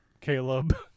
Caleb